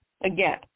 again